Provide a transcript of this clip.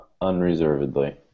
Unreservedly